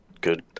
good